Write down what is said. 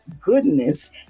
goodness